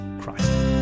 Christ